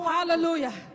hallelujah